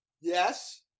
Yes